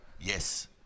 Yes